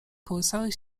kołysały